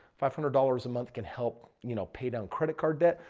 five hundred dollars a month can help, you know, pay down credit card debt.